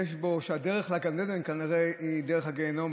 הוא שהדרך לגן עדן היא דרך הגיהינום,